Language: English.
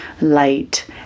light